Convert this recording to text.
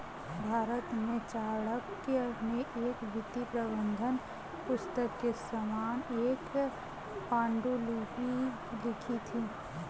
भारत में चाणक्य ने एक वित्तीय प्रबंधन पुस्तक के समान एक पांडुलिपि लिखी थी